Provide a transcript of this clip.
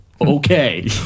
Okay